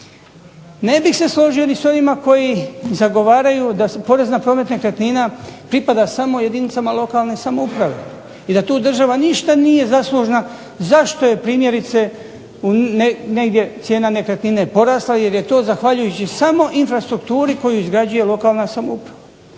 Ne bih se složio ni s ovima koji zagovaraju da porez na promet nekretnina pripada samo jedinicama lokalne samouprave i da tu država ništa nije zaslužna. Zašto je primjerice negdje cijena nekretnine porasla? Jer je to zahvaljujući samo infrastrukturi koju izgrađuje lokalna samouprava.